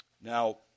Now